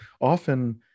often